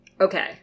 Okay